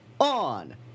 on